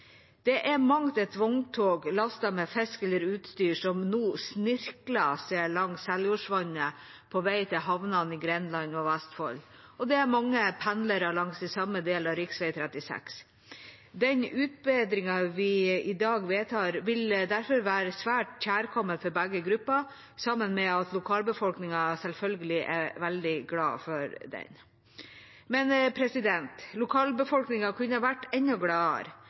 Det er mangt et vogntog lastet med fisk eller utstyr som nå snirkler seg langs Seljordsvatnet på vei til havnene i Grenland og Vestfold, og det er mange pendlere langs de samme deler av rv. 36. Den utbedringen vi i dag vedtar, vil derfor være svært kjærkommen for begge grupper, i tillegg til at lokalbefolkningen selvfølgelig er veldig glad for den. Men lokalbefolkningen kunne vært enda gladere.